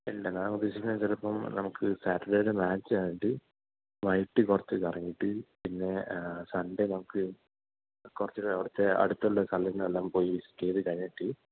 ഇല്ല ഞാൻ ഉദ്ദേശിക്കുന്നതെന്നുവെച്ചാല് ഇപ്പം നമുക്ക് സാറ്റർഡേയിലെ മാച്ച് കഴിഞ്ഞിട്ട് വൈകീട്ട് കുറച്ച് കറങ്ങിയിട്ട് പിന്നെ സൺഡേ നമുക്ക് കുറച്ച് കുറച്ച് അടുത്തുള്ള സ്ഥലങ്ങളിലെല്ലാം പോയി വിസിറ്റ് ചെയ്തുകഴിഞ്ഞിട്ട്